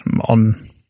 on